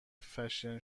فشن